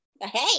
Hey